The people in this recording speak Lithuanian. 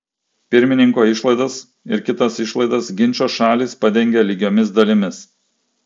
pirmininko išlaidas ir kitas išlaidas ginčo šalys padengia lygiomis dalimis